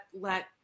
let